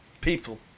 People